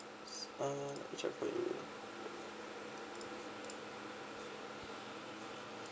so uh let me check for you